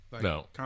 No